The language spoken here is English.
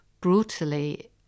brutally